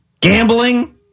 gambling